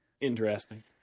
Interesting